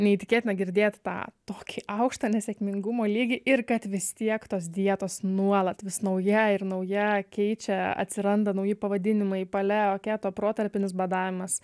neįtikėtina girdėt tą tokį aukštą nesėkmingumo lygį ir kad vis tiek tos dietos nuolat vis nauja ir nauja keičia atsiranda nauji pavadinimai paleoketo protarpinis badavimas